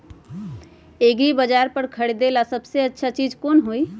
एग्रिबाजार पर से खरीदे ला सबसे अच्छा चीज कोन हई?